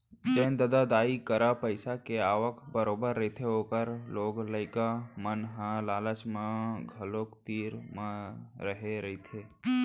जेन ददा दाई करा पइसा के आवक बरोबर रहिथे ओखर लोग लइका मन ह लालच म घलोक तीर म रेहे रहिथे